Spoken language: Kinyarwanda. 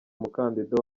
umukandida